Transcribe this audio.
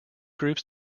groups